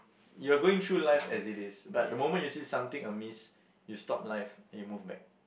you are going through life as it is but the moment you see something amidst you stop life and you move back